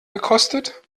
gekostet